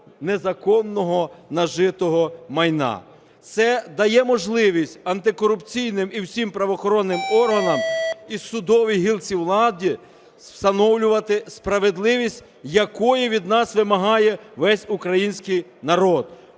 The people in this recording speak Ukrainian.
незаконного нажитого майна. Це дає можливість антикорупційним і всім правоохоронним органам, і судовій гілці влади встановлювати справедливість, якої від нас вимагає весь український народ.